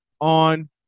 on